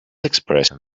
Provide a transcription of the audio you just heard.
expression